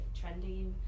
trending